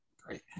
great